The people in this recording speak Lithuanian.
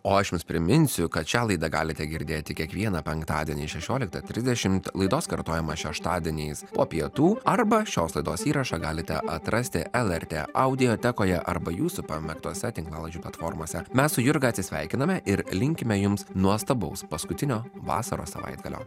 o aš jums priminsiu kad šią laidą galite girdėti kiekvieną penktadienį šešioliktą trisdešimt laidos kartojimas šeštadieniais po pietų arba šios laidos įrašą galite atrasti lrt audiotekoje arba jūsų pamėgtuose tinklalaidžių platformose mes su jurga atsisveikiname ir linkime jums nuostabaus paskutinio vasaros savaitgalio